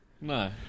No